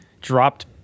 dropped